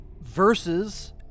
verses